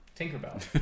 Tinkerbell